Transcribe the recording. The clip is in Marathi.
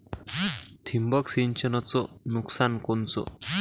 ठिबक सिंचनचं नुकसान कोनचं?